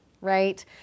right